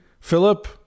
Philip